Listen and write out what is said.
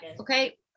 okay